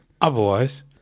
otherwise